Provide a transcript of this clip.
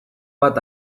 bat